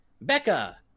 becca